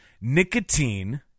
Nicotine